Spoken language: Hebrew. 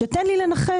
שתן לי לנחש,